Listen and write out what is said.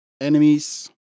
enemies